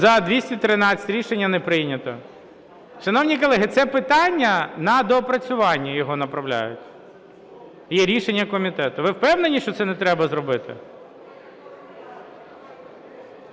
За-213 Рішення не прийнято. Шановні колеги, це питання, на доопрацювання його направляють. Є рішення комітету. Ви впевнені, що це не треба зробити?